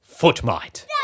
Footmite